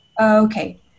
Okay